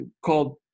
called